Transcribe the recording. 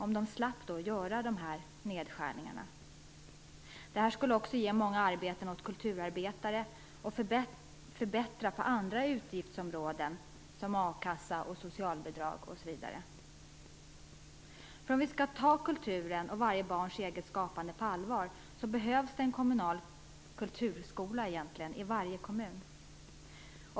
Man slapp då genomföra dessa nedskärningar. Det skulle också ge många arbeten åt kulturarbetare och därmed förbättra på andra utgiftsområden såsom a-kassa och socialbidrag. Om vi skall ta kulturen och varje barns eget skapande på allvar behövs det en kommunal kulturskola i varje kommun.